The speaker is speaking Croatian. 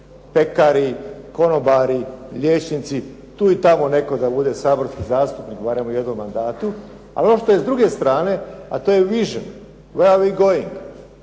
pekari, konobari, liječnici, tu i tamo netko da bude saborski zastupnik, barem u jednom mandatu. Ali ono što je s druge strane a to je vision, Where are we going?